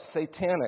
satanic